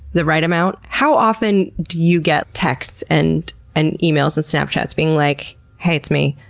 the right amount? how often do you get texts, and and emails, and snapchats being like, hey, it's me!